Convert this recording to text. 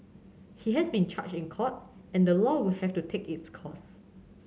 he has been charged in court and the law will have to take its course